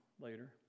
later